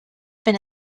been